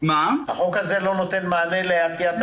החוק הזה לא נותן מענה לעטיית מסכות?